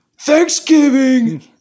Thanksgiving